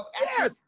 Yes